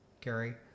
gary